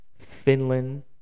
Finland